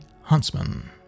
Huntsman